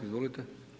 Izvolite.